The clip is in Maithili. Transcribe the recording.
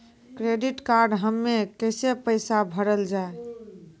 क्रेडिट कार्ड हम्मे कैसे पैसा भरल जाए?